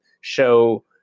show